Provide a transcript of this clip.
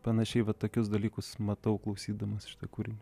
panašiai va tokius dalykus matau klausydamas šitą kūrinį